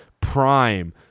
prime